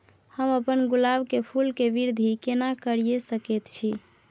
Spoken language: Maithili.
हम अपन गुलाब के फूल के वृद्धि केना करिये सकेत छी?